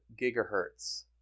gigahertz